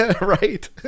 Right